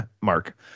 Mark